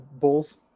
Bulls